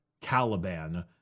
Caliban